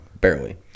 Barely